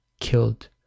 killed